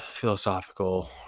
philosophical